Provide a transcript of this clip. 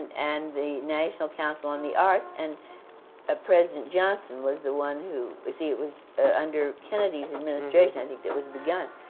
and the national council on the arts, and ah president johnson was the one who. see, it was under kennedy's administration, i think, that was begun.